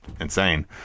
insane